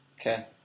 Okay